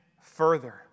further